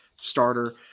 starter